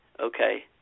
Okay